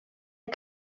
las